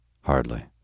Hardly